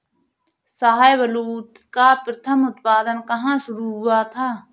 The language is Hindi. शाहबलूत का प्रथम उत्पादन कहां शुरू हुआ था?